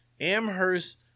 Amherst